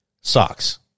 Socks